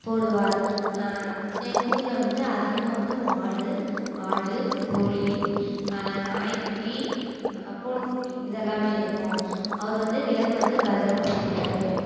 போடுவார் எங்கள் ஊரில் வந்து அதிகமாக வந்து மாடு ஆடு கோழி நாய்க்குட்டி பூனைக்குட்டி இதெல்லாமே இருக்கும் அவர் வந்து விலங்க வந்து பத்திரமாக பாத்துப்பார்